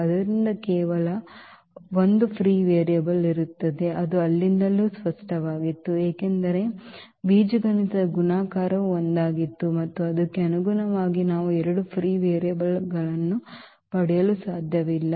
ಆದ್ದರಿಂದ ಕೇವಲ ಒಂದು ಫ್ರೀ ವೇರಿಯೇಬಲ್ ಇರುತ್ತದೆ ಅದು ಅಲ್ಲಿಂದಲೂ ಸ್ಪಷ್ಟವಾಗಿತ್ತು ಏಕೆಂದರೆ ಬೀಜಗಣಿತದ ಗುಣಾಕಾರವು ಒಂದಾಗಿತ್ತು ಮತ್ತು ಅದಕ್ಕೆ ಅನುಗುಣವಾಗಿ ನಾವು ಎರಡು ಫ್ರೀ ವೇರಿಯೇಬಲ್ ಗಳನ್ನು ಪಡೆಯಲು ಸಾಧ್ಯವಿಲ್ಲ